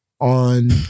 on